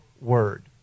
word